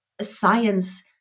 science